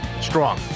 strong